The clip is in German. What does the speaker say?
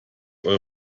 eure